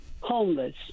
homeless